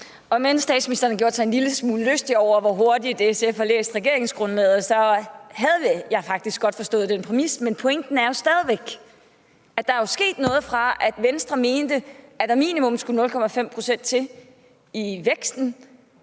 Om end statsministeren har gjort sig en lille smule lystig over, hvor hurtigt SF har læst regeringsgrundlaget, havde jeg faktisk godt forstået den præmis, men pointen er jo stadig væk, at der er sket noget, fra Venstre mente, at der minimum skulle 0,5 pct. til i væksten,